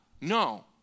No